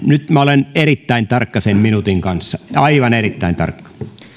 nyt minä olen erittäin tarkka sen minuutin kanssa aivan erittäin tarkka